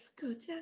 good